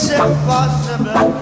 impossible